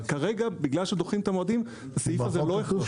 כרגע בגלל שדוחים את המועדים הסעיף הזה לא הכרחי.